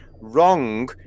wrong